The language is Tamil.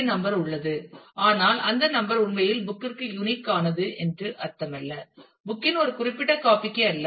என் நம்பர் உள்ளது ஆனால் அந்த நம்பர் உண்மையில் புக் ற்கு யூனிக் ஆனது என்று அர்த்தமல்ல புக் இன் ஒரு குறிப்பிட்ட காபிக்கு அல்ல